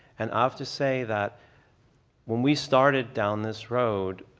and i have to say that when we started down this road,